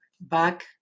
back